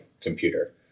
computer